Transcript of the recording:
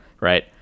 right